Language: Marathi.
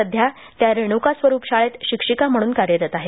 सध्या त्या रेणूका स्वरुप शाळेत शिक्षिका म्हणून कार्यरत आहेत